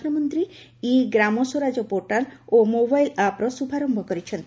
ପ୍ରଧାନମନ୍ତ୍ରୀ e Gramswaraj portal ଓ mobile ଆପ୍ର ଶୁଭାରୟ କରିଛନ୍ତି